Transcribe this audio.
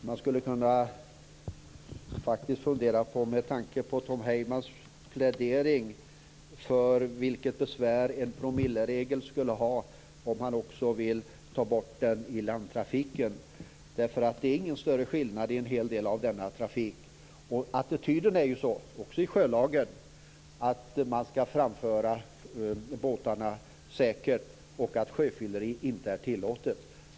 Fru talman! Man skulle med tanke på Tom Heymans plädering kunna fundera på vad det skulle innebära att ta bort promilleregeln i landtrafiken. Det är ingen större skillnad i en hel del av dessa fall. Attityden också i sjölagen är att man skall framföra båtarna säkert och att sjöfylleri inte är tillåtet.